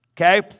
Okay